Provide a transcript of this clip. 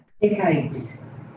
decades